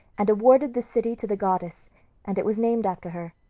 and awarded the city to the goddess and it was named after her,